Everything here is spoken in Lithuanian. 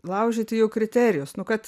laužyti jų kriterijus nu kad